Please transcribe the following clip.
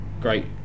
great